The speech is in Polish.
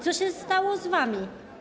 Co się stało z wami?